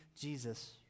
Jesus